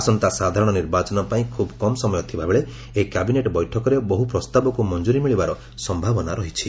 ଆସନ୍ତା ସାଧାରଣ ନିର୍ବାଚନ ପାଇଁ ଖୁବ୍ କମ୍ ସମୟ ଥିବାବେଳେ ଏହି କ୍ୟାବିନେଟ୍ ବୈଠକରେ ବହୁ ପ୍ରସ୍ତାବକୁ ମଞ୍ଠୁରୀ ମିଳିବାର ସମ୍ଭାବନା ରହିଛି